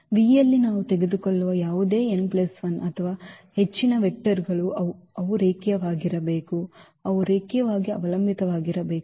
V ಯಲ್ಲಿ ನಾವು ತೆಗೆದುಕೊಳ್ಳುವ ಯಾವುದೇ n ಪ್ಲಸ್ 1 ಅಥವಾ ಹೆಚ್ಚಿನ ವೆಕ್ಟರ್ ಗಳು ಅವು ರೇಖೀಯವಾಗಿರಬೇಕು ಅವು ರೇಖೀಯವಾಗಿ ಅವಲಂಬಿತವಾಗಿರಬೇಕು